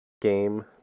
game